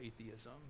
atheism